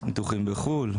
וניתוחים בחו"ל.